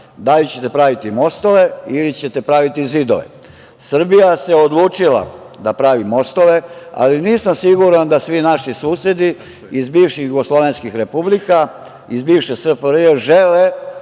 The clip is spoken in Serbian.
Da li ćete praviti mostove ili ćete praviti zidove. Srbija se odlučila da pravi mostove, ali nisam siguran da svi naši susedi iz bivših jugoslovenskih republika, iz bivše SFRJ žele